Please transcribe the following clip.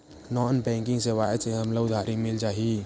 Non banking सेवाएं से हमला उधारी मिल जाहि?